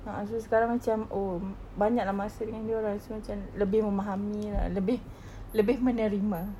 a'ah so sekarang macam oh banyak lah masa dengan dia orang so macam lebih memahami lah lebih lebih menerima